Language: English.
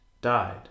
died